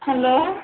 hello